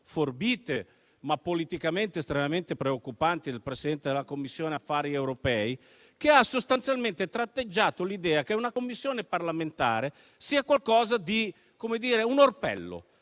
forbite, ma politicamente estremamente preoccupanti del Presidente della 4a Commissione, che ha sostanzialmente tratteggiato l'idea che una Commissione parlamentare sia una sorta di orpello,